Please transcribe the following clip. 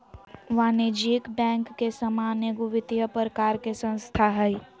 वाणिज्यिक बैंक के समान एगो वित्तिय प्रकार के संस्था हइ